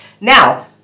Now